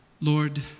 Lord